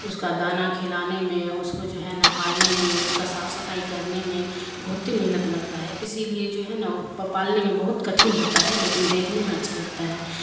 اس کا دانہ کھلانے میں اس کو جو ہے نہ پالنے میں اس کا صاف صفائی کرنے میں بہت ہی محنت لگتا ہے اسی لیے جو ہے نا پالنے میں بہت کٹھن ہوتا ہے لیکن دیکھنے میں اچھا لگتا ہے